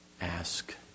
ask